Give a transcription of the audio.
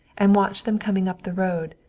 and watched them coming up the road,